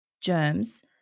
germs